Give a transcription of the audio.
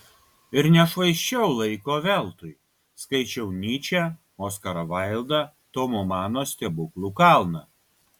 ir nešvaisčiau laiko veltui skaičiau nyčę oskarą vaildą tomo mano stebuklų kalną